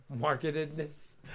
marketedness